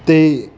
ਅਤੇ